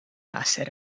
hacer